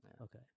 Okay